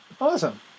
Awesome